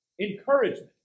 Encouragement